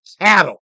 cattle